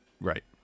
right